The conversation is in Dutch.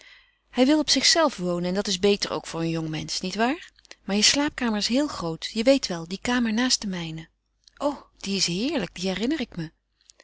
hij wil op zich zelven wonen en dat is beter ook voor een jongmensch niet waar maar je slaapkamer is heel groot je weet wel die kamer naast de mijne o die is heerlijk die herinner ik me